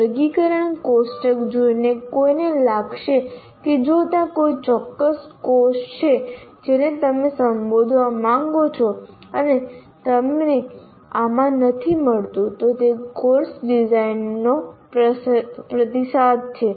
વર્ગીકરણ કોષ્ટક જોઈને કોઈને લાગશે કે જો ત્યાં કોઈ ચોક્કસ કોષ છે જેને તમે સંબોધવા માંગો છો અને તમને આમાં નથી મળતું તો તે કોર્સ ડિઝાઇનરનો પ્રતિસાદ છે